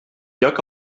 lloc